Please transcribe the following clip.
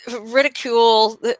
ridicule